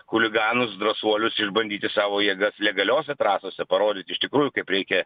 chuliganus drąsuolius išbandyti savo jėgas legaliose trasose parodyt iš tikrųjų kaip reikia